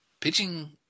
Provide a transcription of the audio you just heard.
pitching